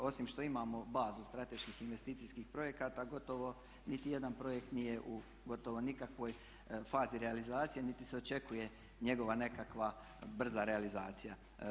Osim što imamo bazu strateških investicijskih projekata gotovo niti jedan projekt nije u gotovo nikakvoj fazi realizacije niti se očekuje njegova nekakva brza realizacija.